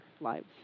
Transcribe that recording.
lives